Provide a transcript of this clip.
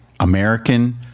American